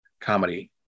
comedy